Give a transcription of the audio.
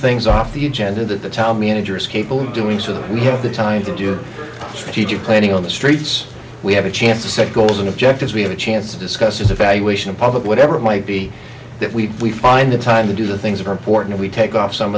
things off the agenda that the child manager is capable of doing so that we have the time to do strategic planning on the streets we have a chance to set goals and objectives we have a chance to discuss evaluation of public whatever it might be that we find the time to do the things that are important we take off some